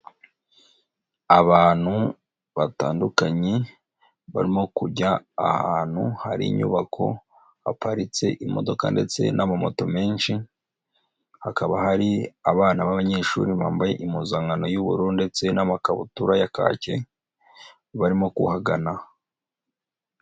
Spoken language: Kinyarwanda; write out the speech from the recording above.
Abantu batandukanye barimo kujya ahantu hari inyubako haparitse imodoka ndetse n'amamoto menshi, hakaba hari abana b'abanyeshuri bambaye impuzankano y'ubururu ndetse n'amakabutura ya kake barimo kuhagana.